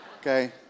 Okay